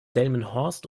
delmenhorst